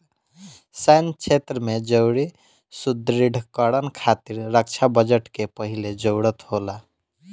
सैन्य क्षेत्र में जरूरी सुदृढ़ीकरन खातिर रक्षा बजट के पहिले जरूरत होला